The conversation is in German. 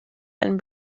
einem